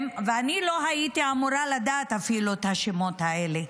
ואני לא הייתי אמורה לדעת אפילו את השמות האלה.